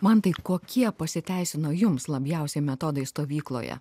mantai kokie pasiteisino jums labiausiai metodai stovykloje